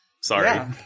Sorry